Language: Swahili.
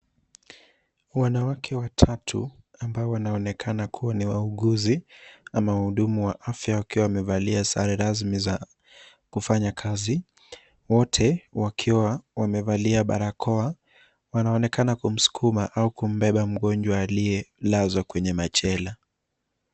Wanawake watatu ambao wanaonekana kuwa ni wauguzi ama wahudumu wa afya wakiwa wamevalia sare rasmi za kufanya kazi. Wote wakiwa wamevalia barakoa, Wanaonekana kumsukuma au kumbeba mgonjwa aliyelazwa kwenye machela.